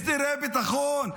הסדרי ביטחון,